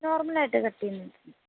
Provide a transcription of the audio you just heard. normal ആയിട്ട് cut ചെയ്യുന്നത്